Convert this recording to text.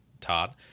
Todd